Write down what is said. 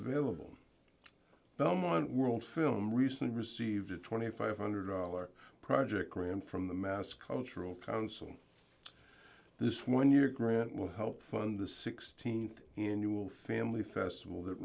available belmont world film recently received a twenty five one hundred dollars project grant from the mass cultural council this one year grant will help fund the th annual family festival that